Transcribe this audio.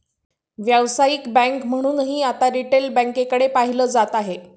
व्यावसायिक बँक म्हणूनही आता रिटेल बँकेकडे पाहिलं जात आहे